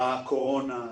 בקורונה,